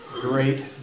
great